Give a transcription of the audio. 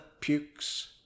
pukes